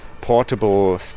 portable